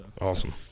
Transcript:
Awesome